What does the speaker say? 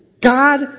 God